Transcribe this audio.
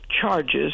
charges